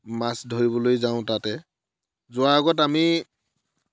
মাছ ধৰিবলৈ যাওঁ তাতে যোৱাৰ আগত আমি